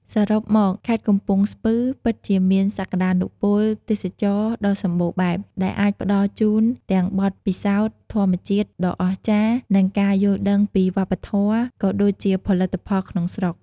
សរុបមក ខេត្តកំពង់ស្ពឺពិតជាមានសក្ដានុពលទេសចរណ៍ដ៏សម្បូរបែប ដែលអាចផ្ដល់ជូនទាំងបទពិសោធន៍ធម្មជាតិដ៏អស្ចារ្យ និងការយល់ដឹងពីវប្បធម៌ ក៏ដូចជាផលិតផលក្នុងស្រុក។